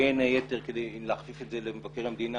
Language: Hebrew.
בין היתר כדי להכפיף את זה למבקר המדינה